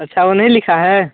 अच्छा वो नहीं लिखा है